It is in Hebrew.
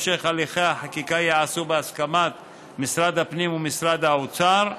המשך הליכי החקיקה ייעשה בהסכמת משרד הפנים ומשרד האוצר,